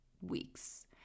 weeks